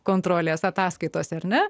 kontrolės ataskaitos erne